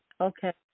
okay